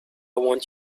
want